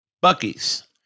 Bucky's